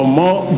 more